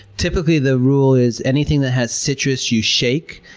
typically, the rule is, anything that has citrus you shake,